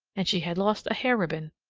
and she had lost a hair-ribbon.